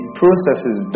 processes